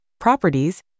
properties